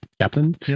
captain